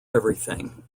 everything